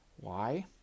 Why